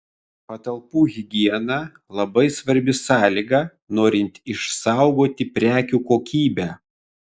patalpų higiena labai svarbi sąlyga norint išsaugoti prekių kokybę